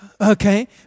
Okay